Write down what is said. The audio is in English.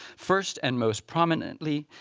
first and most prominently,